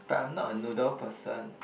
but I'm not a noodle person